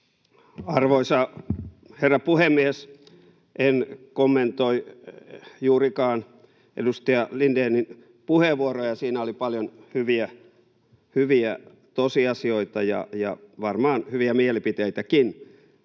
Arvoisa herra puhemies! En kommentoi juurikaan edustaja Lindénin puheenvuoroa. Siinä oli paljon hyviä tosiasioita ja varmaan hyviä mielipiteitäkin.